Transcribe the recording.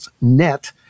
net